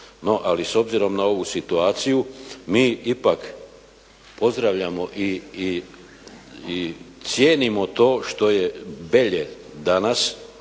ali s obzirom na ovu situaciju mi ipak pozdravljamo i cijenimo to što je Belje danas